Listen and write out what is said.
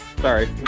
Sorry